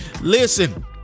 listen